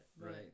Right